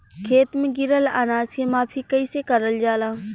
खेत में गिरल अनाज के माफ़ी कईसे करल जाला?